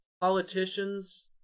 politicians